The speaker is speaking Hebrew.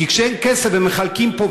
כי כשאין כסף ומחלקים פה,